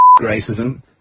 racism